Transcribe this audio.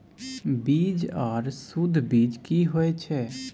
बीज आर सुध बीज की होय छै?